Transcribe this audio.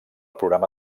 programa